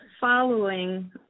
following